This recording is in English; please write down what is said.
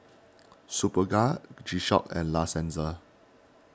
Superga G Shock and La Senza